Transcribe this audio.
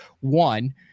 one